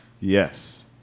Yes